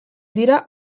dira